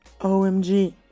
OMG